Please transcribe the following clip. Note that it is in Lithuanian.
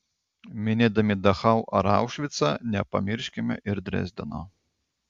minėdami dachau ar aušvicą nepamirškime ir drezdeno